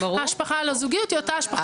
ההשלכה על הזוגיות היא אותה השלכה,